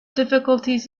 difficulties